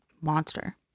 monster